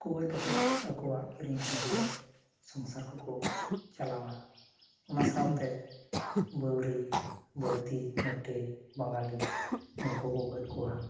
ᱦᱟᱹᱠᱩ ᱜᱚᱡ ᱠᱟᱛᱮᱫ ᱟᱠᱚᱣᱟᱜ ᱠᱤᱨᱤᱧ ᱟᱹᱠᱷᱨᱤᱧ ᱠᱟᱛᱮᱫ ᱥᱚᱝᱥᱟᱨ ᱠᱚᱠᱚ ᱪᱟᱞᱟᱣᱟ ᱚᱱᱟ ᱥᱟᱶᱛᱮ ᱵᱟᱹᱣᱨᱤ ᱵᱟᱹᱜᱽᱫᱤ ᱢᱮᱴᱮ ᱵᱟᱝᱜᱟᱞᱤ ᱩᱱᱠᱩ ᱦᱚᱸᱠᱚ ᱜᱚᱡ ᱠᱚᱣᱟ